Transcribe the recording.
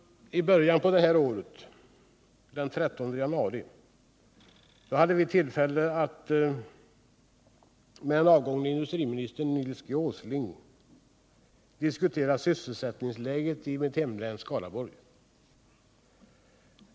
I början på det här året, den 13 januari, hade vi tillfälle att med den nu avgångne industriministern Nils G. Åsling diskutera sysselsättningsläget i mitt hemlän Skaraborg.